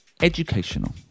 educational